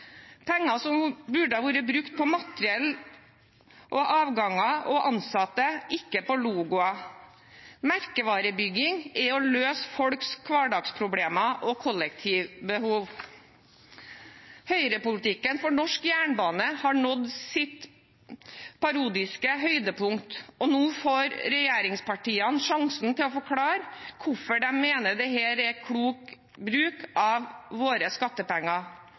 penger som burde ha vært brukt på materiell, avganger og ansatte, ikke på logoer. Merkevarebygging er å løse folks hverdagsproblemer og kollektivbehov. Høyrepolitikken for norsk jernbane har nådd sitt parodiske høydepunkt. Nå får regjeringspartiene sjansen til å forklare hvorfor de mener dette er klok bruk av våre skattepenger.